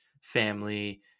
family